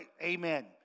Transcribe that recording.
amen